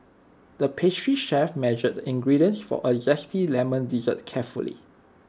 the pastry chef measured the ingredients for A Zesty Lemon Dessert carefully